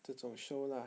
这种 show lah